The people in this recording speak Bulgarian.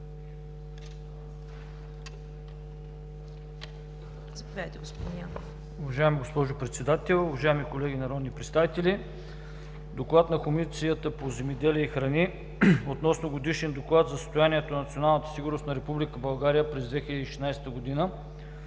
Уважаема госпожо председател, уважаеми колеги народни представители! „ДОКЛАД на Комисията по земеделието и храните относно Годишен доклад за състоянието на националната сигурност на Република България през 2016 г.,